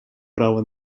права